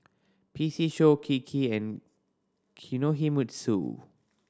P C Show Kiki and Kinohimitsu